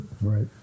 Right